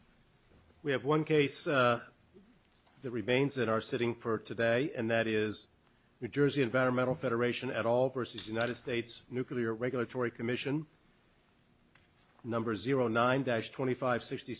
we have one case that remains that are sitting for today and that is the jersey environmental federation at all versus united states nuclear regulatory commission number zero nine dash twenty five sixty